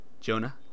Jonah